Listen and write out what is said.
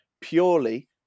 purely